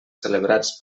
celebrats